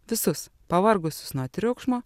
visus pavargusius nuo triukšmo